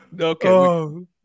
Okay